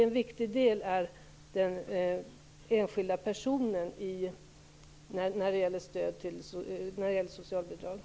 En viktig del är att ta hänsyn till den enskilda personen.